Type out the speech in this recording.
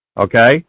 Okay